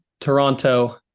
toronto